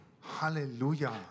Hallelujah